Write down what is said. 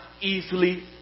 easily